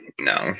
No